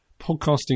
Podcasting